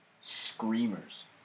screamers